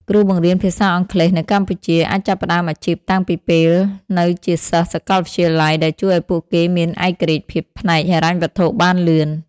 គ្រូបង្រៀនភាសាអង់គ្លេសនៅកម្ពុជាអាចចាប់ផ្តើមអាជីពតាំងពីពេលនៅជាសិស្សសាកលវិទ្យាល័យ ដែលជួយឱ្យពួកគេមានឯករាជ្យភាពផ្នែកហិរញ្ញវត្ថុបានលឿន។